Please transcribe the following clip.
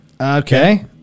Okay